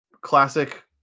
classic